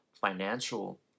financial